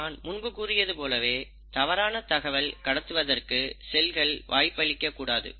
நான் முன்பு கூறியது போலவே தவறான தகவல் கடத்துவதற்கு செல்கள் வாய்ப்பளிக்க கூடாது